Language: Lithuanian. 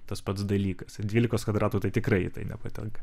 tas pats dalykas dvylikos kvadratų tai tikrai į tai nepatenka